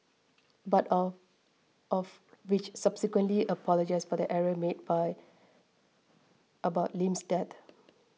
but all of which subsequently apologised for the error made by about Lim's dead